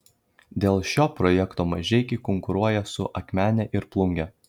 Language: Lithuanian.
dėl šio projekto mažeikiai konkuruoja su akmene ir plunge